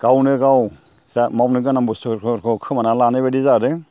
गावनो गाव जा मावनो गोनां बुस्तुफोरखौ खोमानानै लानाय बायदि जादों